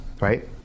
right